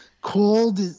called